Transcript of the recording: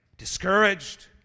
discouraged